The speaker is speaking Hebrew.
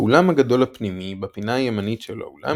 באולם הגדול הפנימי בפינה הימנית של האולם